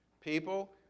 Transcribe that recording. people